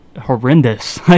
horrendous